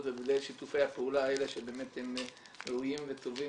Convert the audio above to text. ובלעדי שיתופי הפעולה האלה שבאמת הם ראויים טובים